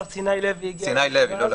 הרב סיני לוי הגיע לישיבה.